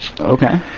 Okay